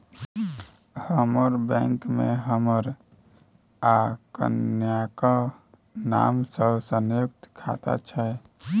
हमर बैंक मे हमर आ कनियाक नाम सँ संयुक्त खाता छै